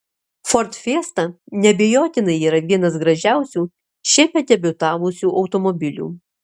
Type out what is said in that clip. ford fiesta neabejotinai yra vienas gražiausių šiemet debiutavusių automobilių